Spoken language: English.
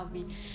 mm